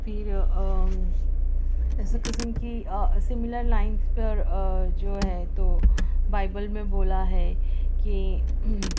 پھر اسی قسم کی سمیلر لائنس پر جو ہے تو بائبل میں بولا ہے کہ